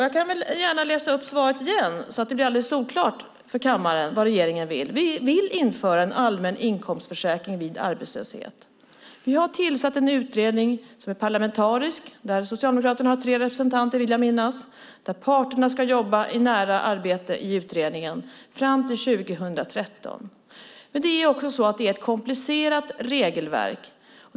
Jag kan gärna läsa upp svaret igen så att det blir alldeles solklart för kammaren vad regeringen vill. Vi vill införa en allmän inkomstförsäkring vid arbetslöshet. Vi har tillsatt en parlamentarisk utredning där jag vill minnas att Socialdemokraterna har tre representanter. Parterna ska delta i ett nära arbete i utredningen fram till 2013. Men det är också ett komplicerat regelverk.